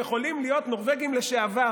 יכולים להיות נורבגים לשעבר,